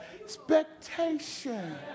expectation